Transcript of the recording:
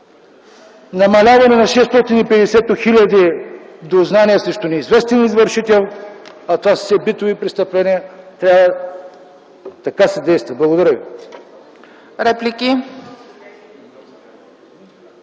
намаляване на 650 те хиляди дознания срещу неизвестен извършител, а това са все битови престъпления. Така се действа! Благодаря.